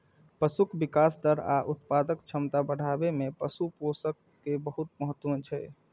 पशुक विकास दर आ उत्पादक क्षमता बढ़ाबै मे पशु पोषण के बहुत महत्व छै